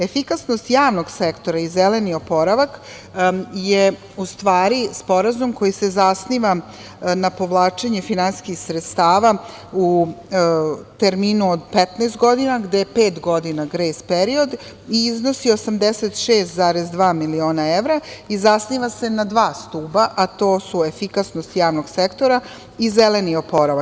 Efikasnost javnog sektora i zeleni oporavak je u stvari sporazum koji se zasniva na povlačenje finansijskih sredstava u terminu od 15 godina gde je pet godina grejs period i iznosi 86,2 miliona evra i zasniva se na dva stuba, a to su efikasnost javnog sektora i zeleni oporavak.